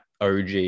OG